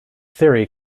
theory